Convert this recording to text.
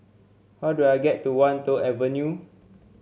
how do I get to Wan Tho Avenue